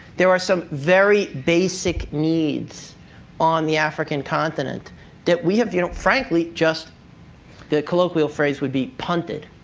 there are some very basic needs on the african continent that we have, you know frankly, just the colloquial phrase would be punted,